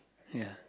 ya